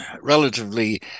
relatively